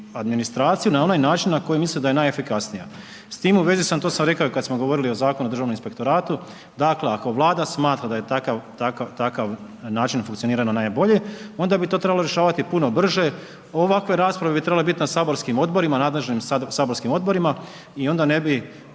ili administraciju na onaj način na koji misli da je najefikasnija. S tim u vezi, a to sam i rekao i kada smo govorili o Zakonu o Državnom inspektoratu, dakle, ako vlada smatra da je takav način funkcioniranja najbolje, onda bi to trebalo rješavati puno brže. Ovakve rasprave bi trebale biti na saborskim odborima, nadležnim saborskim odborima i onda ne bi